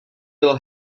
bylo